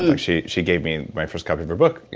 and she she gave me my first copy of her book,